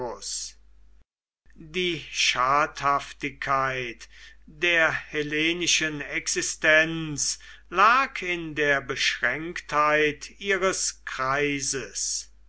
die schadhaftigkeit der hellenischen existenz lag in der beschränktheit ihres kreises